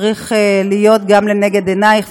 צריך להיות גם לנגד עינייך,